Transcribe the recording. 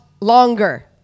longer